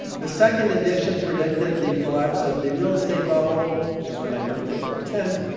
the second edition predicted the collapse of the real estate bubble, which was when i moved into a tent,